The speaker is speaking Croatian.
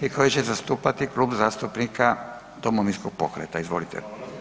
i koji će zastupati Klub zastupnika Domovinskog pokreta, izvolite.